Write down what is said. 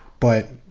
but